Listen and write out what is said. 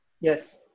Yes